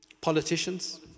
politicians